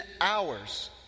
hours